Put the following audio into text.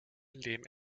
leben